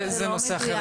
זה נושא אחר לגמרי.